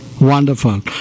Wonderful